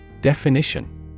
Definition